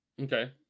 Okay